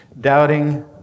Doubting